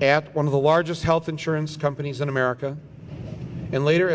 athlone of the largest health insurance companies in america and later